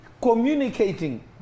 communicating